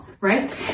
right